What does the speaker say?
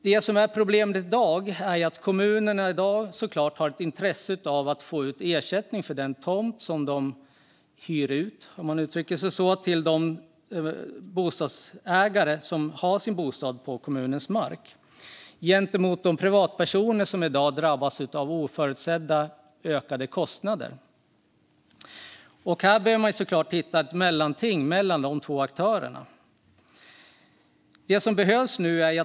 Det som är problemet i dag är att kommunerna såklart har ett intresse av att få ersättning för den tomt som de hyr ut, om man uttrycker sig så, från de bostadsägare som har sin bostad på kommunens mark. Det står gentemot intresset hos de privatpersoner som i dag drabbas av oförutsedda ökade kostnader. Här bör man hitta ett mellanting mellan de två aktörernas intressen.